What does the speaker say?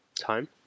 time